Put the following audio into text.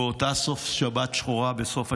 באותה שבת שחורה, בסוף השבוע,